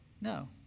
No